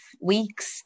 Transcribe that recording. weeks